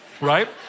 right